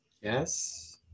Yes